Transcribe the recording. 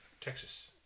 Texas